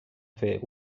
fer